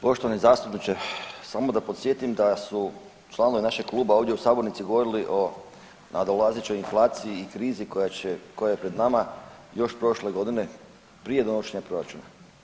Poštovani zastupniče samo da podsjetim da su članovi našeg kluba ovdje u sabornici govorili o nadolazećoj inflaciji i krizi koja je pred nama još prošle godine prije donošenja proračuna.